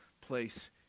place